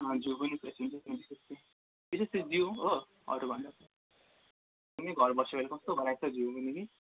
अँ जिउ पनि फ्रेस हुन्छ विशेष त जिउ हो अरू भन्दा पनि अनि घर बसेकोले कस्तो भइरहेको छ जिउ पनि कि